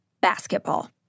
Basketball